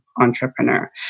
entrepreneur